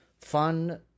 fun